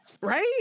Right